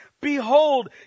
Behold